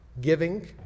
giving